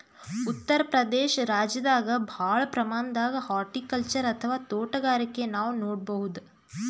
ಉತ್ತರ್ ಪ್ರದೇಶ ರಾಜ್ಯದಾಗ್ ಭಾಳ್ ಪ್ರಮಾಣದಾಗ್ ಹಾರ್ಟಿಕಲ್ಚರ್ ಅಥವಾ ತೋಟಗಾರಿಕೆ ನಾವ್ ನೋಡ್ಬಹುದ್